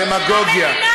דמגוגיה.